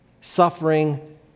suffering